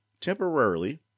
temporarily